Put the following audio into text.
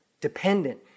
dependent